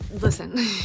listen